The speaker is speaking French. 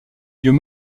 lieux